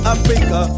Africa